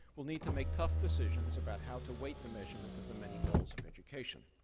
we'll need to make tough decisions about how to weight the measurement of the many goals of education.